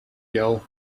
girl